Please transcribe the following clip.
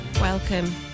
welcome